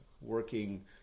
working